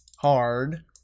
hard